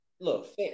Look